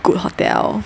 good hotel